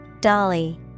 Dolly